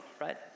right